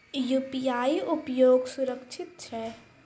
UPI उपयोग सुरक्षित छै?